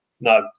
no